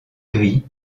gris